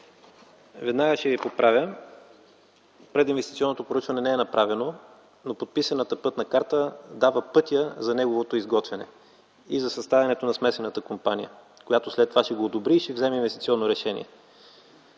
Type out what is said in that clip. Веднага ще Ви поправя – прединвестиционното проучване не е направено, но подписаната пътна карта дава пътя за неговото изготвяне и за съставянето на смесената компания, която след това ще го одобри и ще вземе инвестиционно решение.